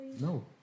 No